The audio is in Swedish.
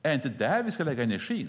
Är det inte där vi ska lägga energin?